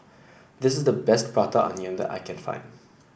this is the best Prata Onion the I can find